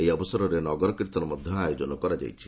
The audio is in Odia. ଏହି ଅବସରରେ ନଗର କୀର୍ଭନ ମଧ୍ୟ ଆୟୋଜନ କରଯାଇଛି